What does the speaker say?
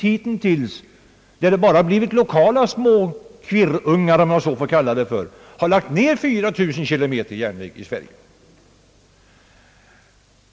Hittills har man successivt lagt ned 4000 km järnväg — och det har bara hörts små kvirrungar, om jag så får säga.